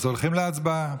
אז הולכים להצבעה.